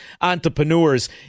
entrepreneurs